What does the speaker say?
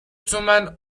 تومن